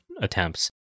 attempts